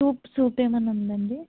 soup soup ఏమన్న ఉందండి